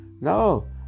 no